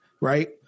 right